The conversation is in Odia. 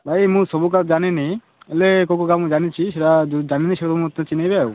ଭାଇ ମୁଁ ସବୁ ଗାଁ ଜାନିନି ହେଲେ କେଉଁ କେଉଁ ଗାଁ ମୁଁ ଜାନିଚି ସେଇରା ମୋତେ ଚିହ୍ନେଇବେ ଆଉ